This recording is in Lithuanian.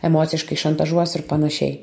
emociškai šantažuos ir panašiai